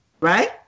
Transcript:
Right